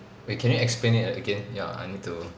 wait can you explain it again ya I need to